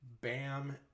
Bam